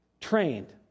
trained